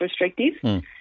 restrictive